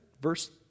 Verse